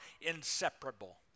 inseparable